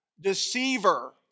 deceiver